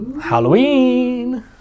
Halloween